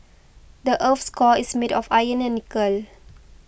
the earth's core is made of iron and nickel